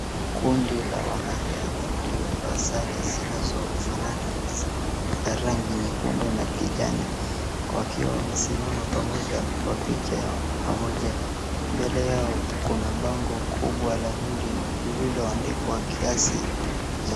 Kundi la wanariadha waliovaa sare zinazofanana za rangi nyekundu na kijani, wakiwa wamesimama pamoja kwa picha ya pamoja. Mbele yao kuna bango kubwa la kundi lililoandikwa kiasi cha...